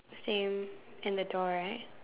same and the door right